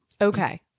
Okay